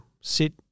sit